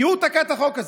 כי הוא תקע את החוק הזה.